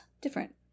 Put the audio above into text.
different